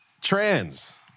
trans